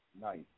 Nice